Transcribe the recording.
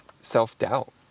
self-doubt